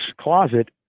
closet